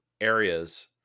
areas